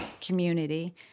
community